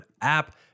app